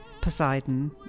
Poseidon